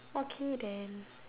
okay then